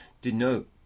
denote